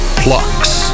plucks